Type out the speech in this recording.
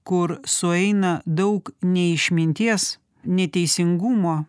kur sueina daug neišminties neteisingumo